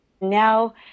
now